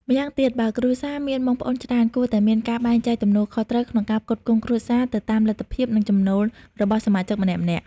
ម្យ៉ាងទៀត បើគ្រួសារមានបងប្អូនច្រើន គួរតែមានការបែងចែកទំនួលខុសត្រូវក្នុងការផ្គត់ផ្គង់គ្រួសារទៅតាមលទ្ធភាព និងចំណូលរបស់សមាជិកម្នាក់ៗ។